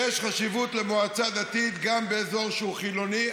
יש חשיבות למועצה דתית גם באזור שהוא חילוני.